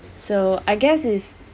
so I guess it's